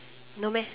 no meh